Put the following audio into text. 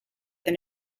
than